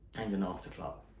and an after-club.